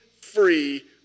free